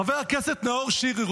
חבר הכנסת נאור שירי,